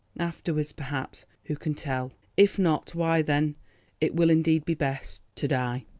afterwards perhaps who can tell? if not, why then it will indeed be best to die.